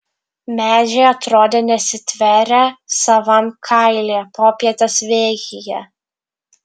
medžiai atrodė nesitverią savam kailyje popietės vėjyje